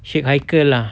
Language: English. sheikh haikel lah